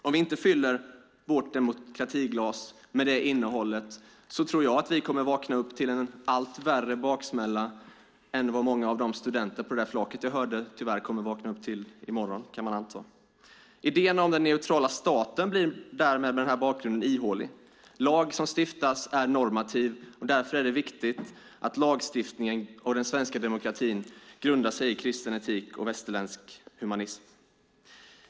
Om vi inte fyller vårt demokratiglas med det innehållet tror jag att vi kommer att vakna upp till en mycket värre baksmälla än vad många av de studenterna på flaket jag hörde tyvärr kommer att vakna upp till i morgon, kan man anta. Idén om den neutrala staten blir mot den här bakgrunden ihålig. Lag som stiftas är normativ. Därför är det viktigt att lagstiftningen och den svenska demokratin grundar sig på kristen etik och västerländsk humanism.